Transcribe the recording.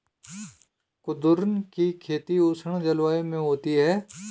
कुद्रुन की खेती उष्ण जलवायु में होती है